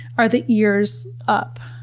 are the ears up?